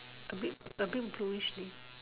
A bit a bit blueish leh